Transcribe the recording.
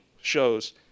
shows